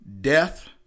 death